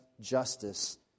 justice